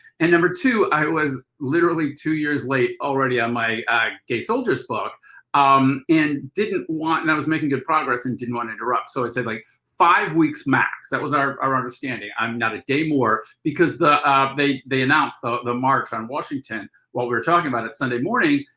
and number two, i was literally two years late already on my gay soldiers book um and didn't want and i was making good progress and didn't want to interrupt. so i said, like five weeks max. that was our our understanding and um not a day more, because the they they announced the the march on washington while we were talking about it sunday morning.